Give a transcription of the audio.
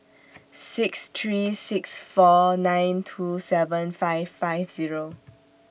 six three six four nine two seven five five Zero